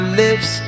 lips